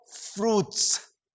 fruits